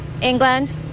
England